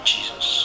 Jesus